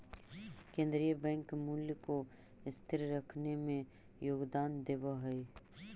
केन्द्रीय बैंक मूल्य को स्थिर रखने में योगदान देवअ हई